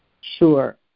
sure